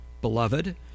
beloved